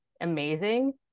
amazing